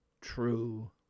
true